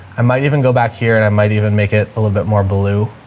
i might even go back here and i might even make it a little bit more ballou.